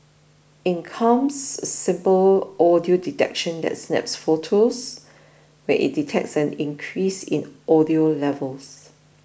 in comes a simple audio detection that snaps photos when it detects an increase in audio levels